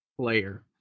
player